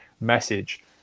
message